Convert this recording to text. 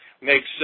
makes